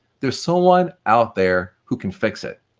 there's someone out there who can fix it.